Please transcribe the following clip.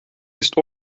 ist